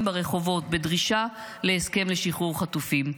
ברחובות בדרישה להסכם לשחרור חטופים,